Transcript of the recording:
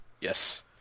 Yes